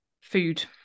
food